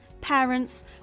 parents